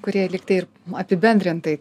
kurie lyg tai ir apibendrintai